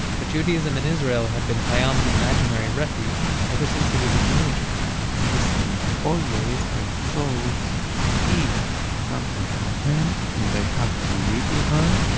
but judaism and israel had been payam's imaginary refuge ever since he was a teenager listen, always i so thought if something happened and i have to leave iran,